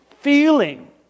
feeling